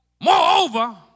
Moreover